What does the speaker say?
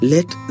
Let